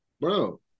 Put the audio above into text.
bro